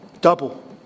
Double